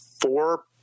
four